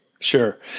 Sure